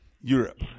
Europe